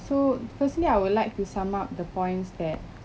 so firstly I would like to sum up the points that